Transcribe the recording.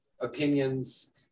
opinions